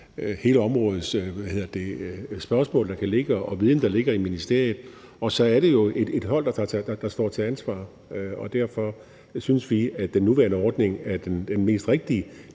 hele området, og den viden, der ligger i ministeriet. Og så er det jo et hold, der står til ansvar, og derfor synes vi, at den nuværende ordning er den mest rigtige.